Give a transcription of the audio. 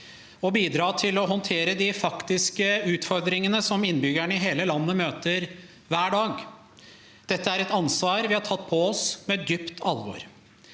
å bidra til å håndtere de faktiske utfordringene som innbyggerne i hele landet møter hver dag. Dette er et ansvar vi har tatt på oss med et dypt alvor.